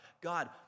God